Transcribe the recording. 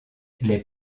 les